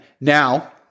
Now